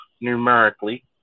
numerically